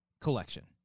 collection